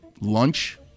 lunch